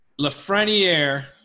Lafreniere